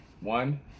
One